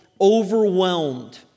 Overwhelmed